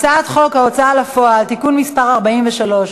הצעת חוק ההוצאה לפועל (תיקון מס' 43),